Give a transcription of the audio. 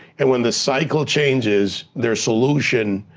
and when the cycle changes, their solution,